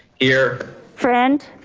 here. friend.